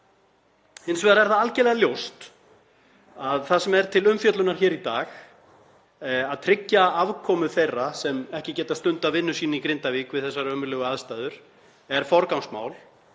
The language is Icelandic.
Hins vegar er það algerlega ljóst að það sem er til umfjöllunar hér í dag, að tryggja afkomu þeirra sem ekki geta stundað vinnu sína í Grindavík við þessar ömurlegu aðstæður, er forgangsmál